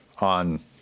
on